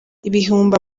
ibihumbi